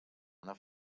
una